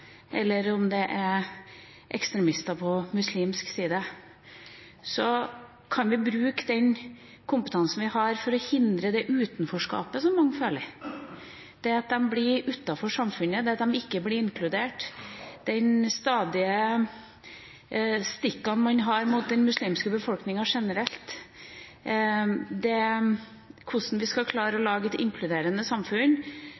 eller det gjelder ekstremister på muslimsk side. Kan vi bruke den kompetansen vi har for å hindre det utenforskapet som mange føler – det at de blir utenfor samfunnet, det at de ikke blir inkludert, de stadige stikkene som er mot den muslimske befolkninga generelt? Hvordan skal vi klare å lage et inkluderende samfunn